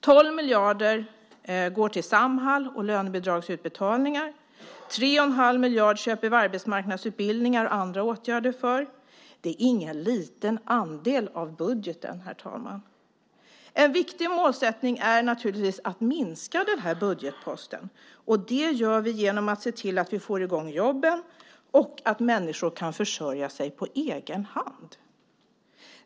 12 miljarder går till Samhall och lönebidragsutbetalningar. 3 1⁄2 miljard köper vi arbetsmarknadsutbildningar och andra åtgärder för. Det är ingen liten andel av budgeten, herr talman. En viktig målsättning är naturligtvis att minska den här budgetposten. Det gör vi genom att se till att vi får i gång jobben och att människor kan försörja sig på egen hand.